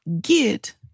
get